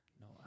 No